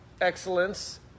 excellence